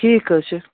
ٹھیٖک حظ چھُ